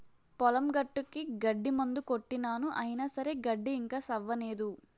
పొలం గట్టుకి గడ్డి మందు కొట్టినాను అయిన సరే గడ్డి ఇంకా సవ్వనేదు